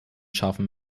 scharfen